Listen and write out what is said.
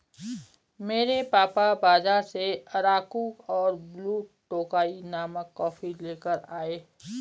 मेरे पापा बाजार से अराकु और ब्लू टोकाई नामक कॉफी लेकर आए